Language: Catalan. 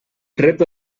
rep